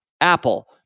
Apple